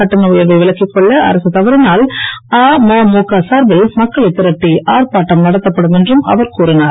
கட்டண உயர்வை விலக்கிக் கொள்ள அரசு தவறினால் அமுக சார்பில் மக்களை திரட்டி ஆர்ப்பாட்டம் நடத்தப்படும் என்றும் அவர் கூறினார்